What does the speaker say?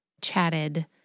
chatted